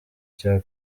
cya